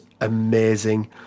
amazing